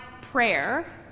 prayer